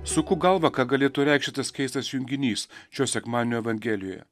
suku galvą ką galėtų reikšti tas keistas junginys šio sekmadienio evangelijoje